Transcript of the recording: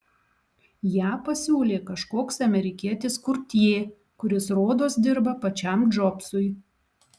ją pasiūlė kažkoks amerikietis kurtjė kuris rodos dirba pačiam džobsui